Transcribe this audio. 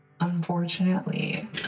Unfortunately